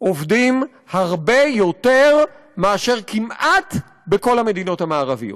עובדים הרבה יותר מאשר כמעט בכל המדינות המערביות,